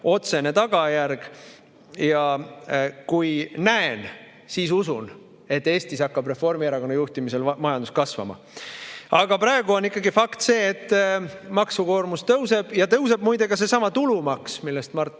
otsene tagajärg. Ja kui näen, siis usun, et Eestis hakkab Reformierakonna juhtimisel majandus kasvama. Aga praegu on fakt see, et maksukoormus tõuseb ja tõuseb muide ka seesama tulumaks, mille kohta Mart